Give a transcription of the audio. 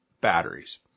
batteries